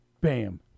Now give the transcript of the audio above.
Bam